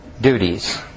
duties